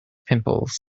pimples